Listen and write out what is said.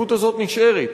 הכפיפות הזאת נשארת.